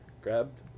grabbed